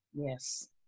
Yes